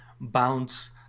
bounce